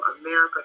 America